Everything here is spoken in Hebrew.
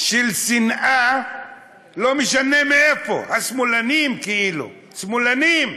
של שנאה, לא משנה מאיפה, השמאלנים כאילו, שמאלנים,